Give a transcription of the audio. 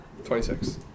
$26